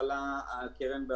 שילוב הזרועות בין המגזר המדינתי,